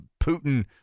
Putin